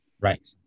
Right